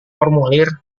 formulir